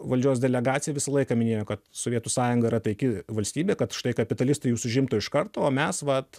valdžios delegacija visą laiką minėjo kad sovietų sąjunga yra taiki valstybė kad štai kapitalistai jus užimtų iš karto o mes vat